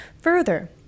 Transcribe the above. Further